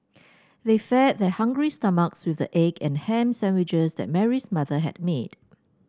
they fed their hungry stomachs with the egg and ham sandwiches that Mary's mother had made